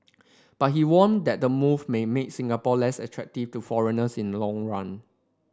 but he warned that the move may make Singapore less attractive to foreigners in long run